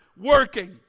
working